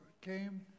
came